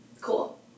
Cool